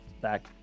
back